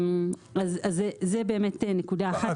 אז זה באמת נקודה אחת.